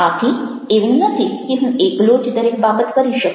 આથી એવું નથી કે હું એકલો જ દરેક બાબત કરી શકું